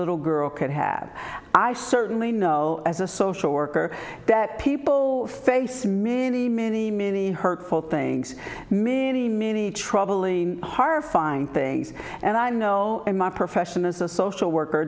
little girl could have i certainly know as a social worker that people face smitty many many hurtful things may be many troubling horrifying things and i know in my profession as a social worker